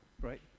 right